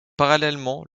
parallèlement